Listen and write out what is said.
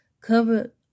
Cover